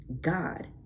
God